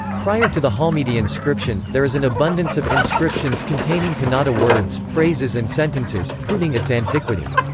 prior to the halmidi inscription, there is an abundance of inscriptions containing kannada words, phrases and sentences, proving its antiquity.